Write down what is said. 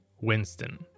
Winston